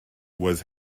was